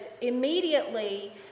immediately